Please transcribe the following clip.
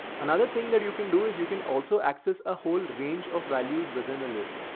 another thing that you can do is you can also access a whole range of values within a list.